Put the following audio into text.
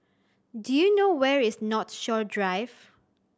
do you know where is Northshore Drive